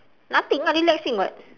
nothing ah relaxing [what]